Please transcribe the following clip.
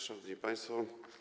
Szanowni Państwo!